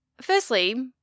firstly